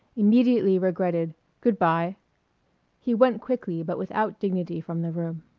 immediately regretted good-by he went quickly but without dignity from the room.